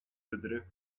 wydry